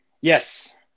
Yes